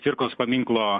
cvirkos paminklo